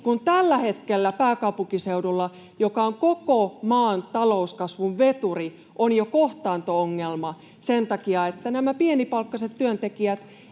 tällä hetkellä pääkaupunkiseudulla, joka on koko maan talouskasvun veturi, on jo kohtaanto-ongelma sen takia, että näillä pienipalkkaisilla työntekijöillä